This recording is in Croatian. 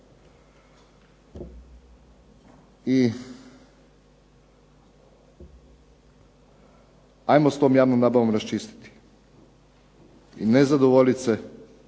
I ajmo s tom javnom nabavom raščistiti i ne zadovoljit se